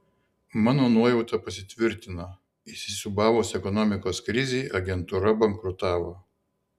mano nuojauta pasitvirtino įsisiūbavus ekonomikos krizei agentūra bankrutavo